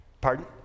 Pardon